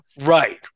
Right